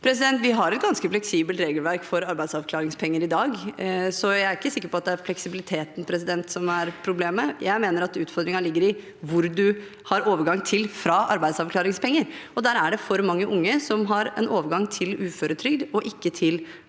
Vi har et ganske fleksibelt regelverk for arbeidsavklaringspenger i dag, så jeg er ikke sikker på at det er fleksibiliteten som er problemet. Jeg mener at utfordringen ligger i hvor man har overgang til fra arbeidsavklaringspenger, og der er det for mange unge som har en overgang til uføretrygd og ikke til